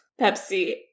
Pepsi